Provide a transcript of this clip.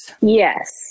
Yes